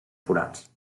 forats